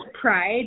pride